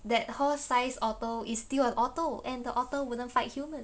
that horse-sized otter is still an otter and the otter wouldn't fight human